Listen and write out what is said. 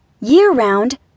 Year-round